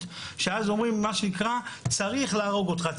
שאז אומרים מה שנקרא צריך להרוג אותך,